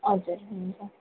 हजुर हुन्छ